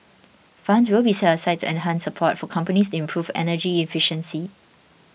funds will be set aside to enhance support for companies to improve energy efficiency